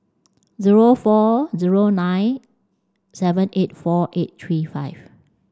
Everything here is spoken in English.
zero four zero nine seven eight four eight three five